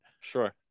sure